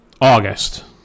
August